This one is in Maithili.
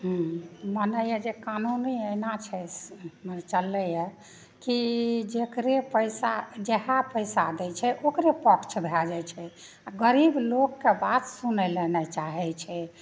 की माने यए जे कानूने एना छै ई बीचमे चललैया की जेकरे पैसा जेहए पैसा दै छै ओकरे पक्ष भए जाइ छै आ गरीब लोकके बात सुनैलए नहि चाहै छै